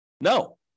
No